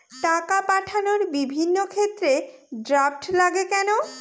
টাকা পাঠানোর বিভিন্ন ক্ষেত্রে ড্রাফট লাগে কেন?